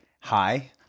Hi